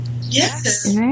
Yes